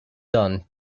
done